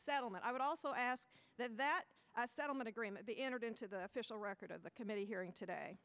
settlement i would also ask that that settlement agreement be entered into the official record of the committee hearing today